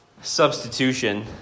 substitution